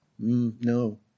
No